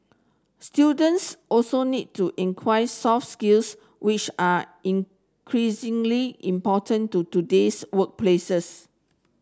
students also need to inquire soft skills which are increasingly important to today's workplaces